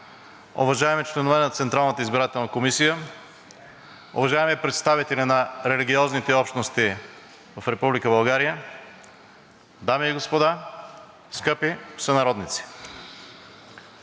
уважаеми членове на Централната избирателна комисия, уважаеми представители на религиозните общности в Република България, дами и господа, скъпи сънародници!